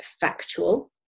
factual